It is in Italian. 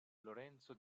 lorenzo